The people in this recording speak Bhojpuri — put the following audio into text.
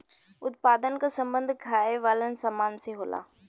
उत्पादन क सम्बन्ध खाये वालन सामान से होला